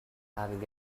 having